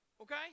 okay